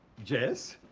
jess?